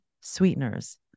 sweeteners